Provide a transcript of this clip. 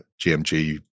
GMG